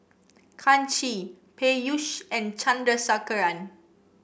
Kanshi Peyush and Chandrasekaran